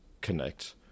Connect